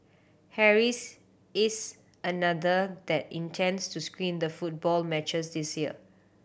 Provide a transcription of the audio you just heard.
Harry's is another that intends to screen the football matches this year